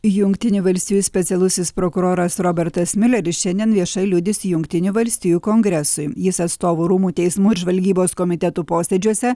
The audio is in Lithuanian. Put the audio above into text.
jungtinių valstijų specialusis prokuroras robertas miuleris šiandien viešai liudys jungtinių valstijų kongresui jis atstovų rūmų teismų ir žvalgybos komitetų posėdžiuose